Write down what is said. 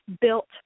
built